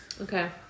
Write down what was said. Okay